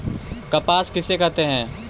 कपास किसे कहते हैं?